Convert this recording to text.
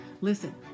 Listen